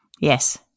yes